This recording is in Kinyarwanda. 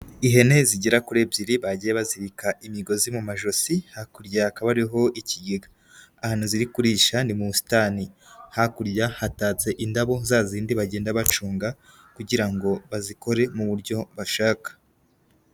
Ihene zigera kuri ebyiri bagiye bazirika imigozi mu majosi, hakurya hakaba hariho ikigega, ahantu ziri kurisha ni mu busitani, hakurya hatatse indabo za zindi bagenda bacunga kugira ngo bazikore mu buryo bashaka.